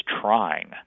trying